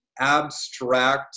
abstract